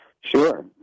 Sure